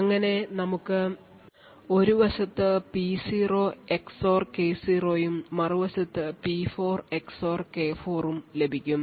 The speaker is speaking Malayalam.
അങ്ങനെ നമുക്ക് ഒരു വശത്ത് P0 XOR K0 ഉം മറുവശത്ത് P4 XOR K4 ഉം ലഭിക്കും